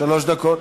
שלוש דקות.